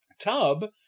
tub